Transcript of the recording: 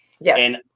Yes